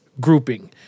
grouping